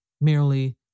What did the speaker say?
merely